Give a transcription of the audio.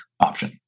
option